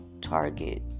target